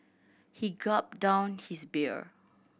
he gulped down his beer